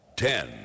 Ten